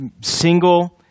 single—